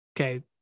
okay